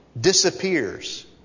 disappears